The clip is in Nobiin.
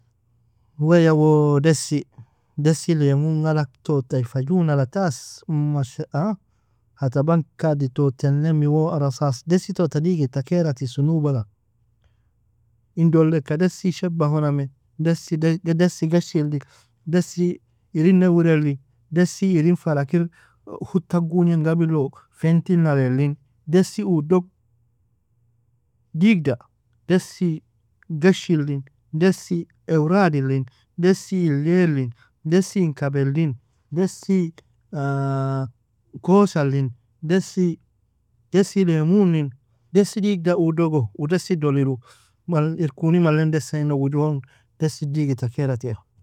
Way woo desi, desi lemun galak tota ai fa ju nala tas, masha hataban kaditoten ennemi wo arasas, desi tote digidta kera tisu nubala, indoleka desi shabahuname, desi de- desi gash il, desi irinna ureli, desi irin fala kir huta gugnen gabilo fenti nalilin, desi uodog digda, desi gashi lin, desi euradi lin, desi ilea lin, desi in kabelin, desi kosa lin, desi, desi lemun lin, desi digda udogo u desi dolilu mal- irkuni malen desainogo u dogo desi digita keratiaru.